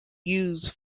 used